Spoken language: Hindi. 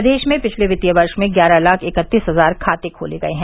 प्रदेश में पिछले वित्तीय वर्ष में ग्यारह लाख इकत्तीस हजार खाते खोले गये हैं